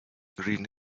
green